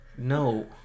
no